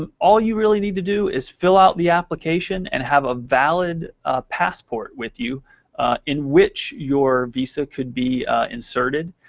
um all you really need to do is fill out the application and have a valid passport with you in which your visa could be inserted,